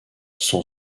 son